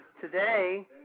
Today